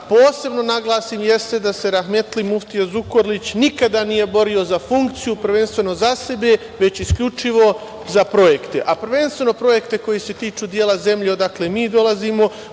posebno naglasim jeste da se rahmetli muftija Zukorlić nikada nije borio za funkciju prvenstveno za sebe, već isključivo za projekte, a prvenstveno projekte koji se tiču dela zemlje odakle mi dolazimo,